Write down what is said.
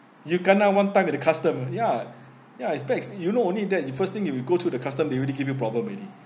you kena one time at the customs ah ya ya it's bad you know only that the first thing you will go to the customs they already give you problem already